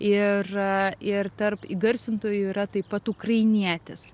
ir ir tarp įgarsintojų yra taip pat ukrainietis